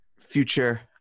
future